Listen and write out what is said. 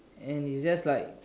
and it's just like